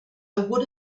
would